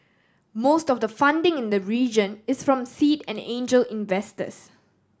most of the funding in the region is from seed and angel investors